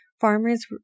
Farmers